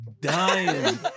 Dying